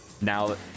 Now